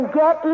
get